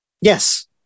Yes